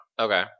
Okay